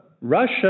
Russia